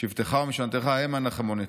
שבטך ומשענתך המה ינחמוני.